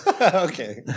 okay